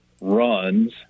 runs